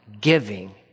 giving